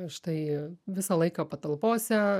štai visą laiką patalpose